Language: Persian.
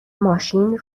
ماشین